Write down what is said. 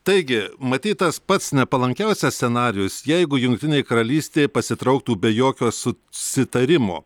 taigi matyt tas pats nepalankiausias scenarijus jeigu jungtinė karalystė pasitrauktų be jokio su sitarimo